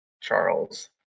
Charles